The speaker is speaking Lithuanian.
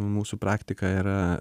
mūsų praktiką yra